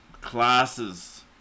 classes